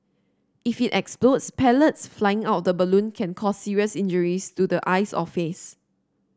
if it explodes pellets flying out of the balloon can cause serious injuries to the eyes or face